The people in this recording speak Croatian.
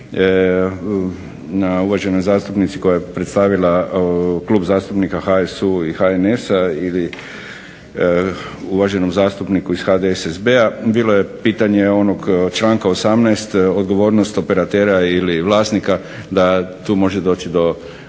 uvaženoj zastupnici koja je predstavila Klub zastupnika HSU-HNS-a ili uvaženom zastupniku HDSSB-a, bilo je pitanje onog članka 18., odgovornost operatera ili vlasnika da tu može doći do određenih